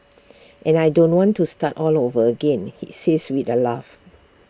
and I don't want to start all over again he says with A laugh